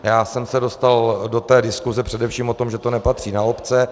Já jsem se dostal do té diskuse především o tom, že to nepatří na obce.